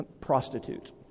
prostitute